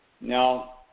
now